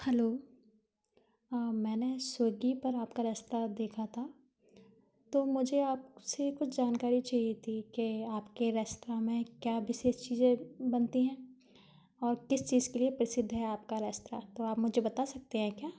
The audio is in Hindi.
हलो हाँ मैंने स्विग्गी पर आपका रेस्तरा देखा था तो मुझे आपसे कुछ जानकारी चाहिए थी कि आपके रेस्तरा में क्या विशेष चीजें बनती हैं और किस चीज के लिए प्रसिद्ध है आपका रेस्तरा तो आप मुझे बता सकते हैं क्या